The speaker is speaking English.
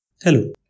Hello